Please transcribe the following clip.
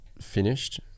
finished